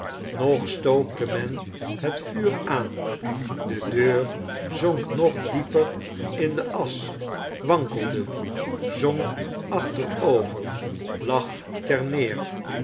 nog stookte men het vuur aan de deur zonk nog dieper in de asch wankelde zonk achterover lag ter neer